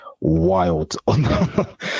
wild